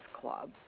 Club